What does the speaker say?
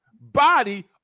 body